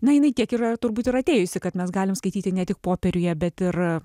na jinai tiek yra turbūt ir atėjusi kad mes galime skaityti ne tik popieriuje bet ir